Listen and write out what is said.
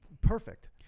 perfect